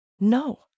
no